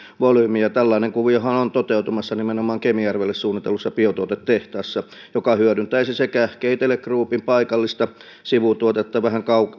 volyymi tällainen kuviohan on toteutumassa nimenomaan kemijärvelle suunnitellussa biotuotetehtaassa joka hyödyntäisi sekä keitele groupin paikallista sivutuotetta vähän